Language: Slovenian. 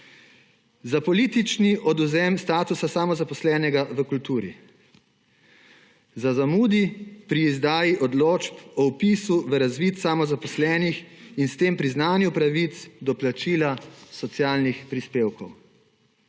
Za politični odvzem statusa samozaposlenega v kulturi, za zamudi pri izdaji odločb o vpisu v razvid samozaposlenih in s tem priznanju pravic do plačila socialnih prispevkov.